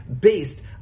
based